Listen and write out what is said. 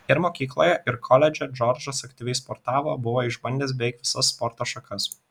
ir mokykloje ir koledže džordžas aktyviai sportavo buvo išbandęs beveik visas sporto šakas